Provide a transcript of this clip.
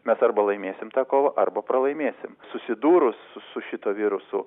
mes arba laimėsim tą kovą arba pralaimėsim susidūrus su šituo virusu